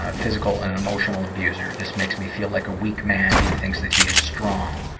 ah physical and emotional abuser, this makes me feels like a weak man who thinks that he is strong.